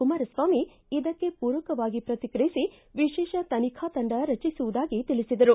ಕುಮಾರಸ್ವಾಮಿ ಇದಕ್ಕೆ ಪೂರಕವಾಗಿ ಶ್ರತಿಕ್ರಿಯಿಸಿ ವಿಶೇಷ ತನಿಖಾ ತಂಡ ರಚಿಸುವುದಾಗಿ ತಿಳಿಸಿದರು